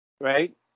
right